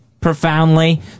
profoundly